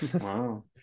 Wow